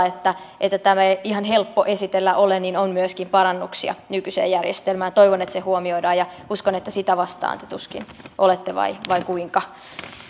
että että tämä ei ihan helppo esitellä ole on myöskin parannuksia nykyiseen järjestelmään toivon että se huomioidaan ja uskon että sitä vastaan te tuskin olette vai vai kuinka